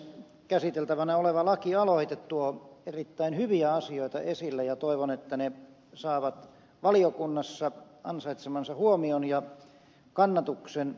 käsiteltävänä oleva lakialoite tuo erittäin hyviä asioita esille ja toivon että ne saavat valiokunnassa ansaitsemansa huomion ja kannatuksen